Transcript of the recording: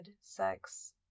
sex